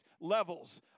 levels